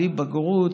בלי בגרות,